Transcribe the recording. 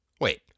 Wait